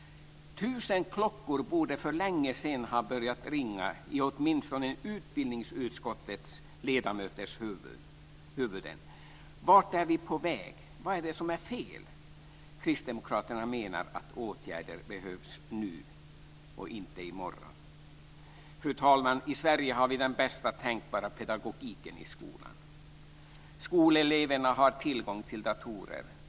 Tusen klockor borde för länge sedan ha börjat ringa i åtminstone utbildningsutskottets ledamöters huvuden. Vart är vi på väg? Vad är det som är fel? Kristdemokraterna menar att åtgärder behövs nu och inte i morgon. Fru talman! I Sverige har vi den bästa tänkbara pedagogiken i skolan. Skoleleverna har tillgång till datorer.